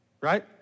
right